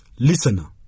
Listener